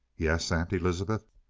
yes, aunt elizabeth.